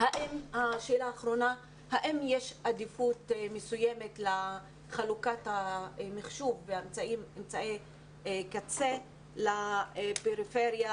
האם יש עדיפות מסוימת לחלוקת המחשוב ואמצעי קצה לפריפריה,